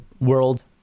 world